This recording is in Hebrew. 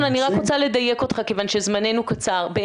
אני רק רוצה לדייק אותך כיוון שזמננו קצר,